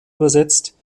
übersetzt